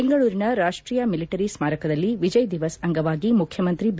ಬೆಂಗಳೂರಿನ ರಾಷ್ಟೀಯ ಮಿಲಟರಿ ಸ್ಮಾರಕದಲ್ಲಿ ವಿಜಯ್ ದಿವಸ್ ಅಂಗವಾಗಿ ಮುಖ್ಯಮಂತ್ರಿ ಬಿ